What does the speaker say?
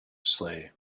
slay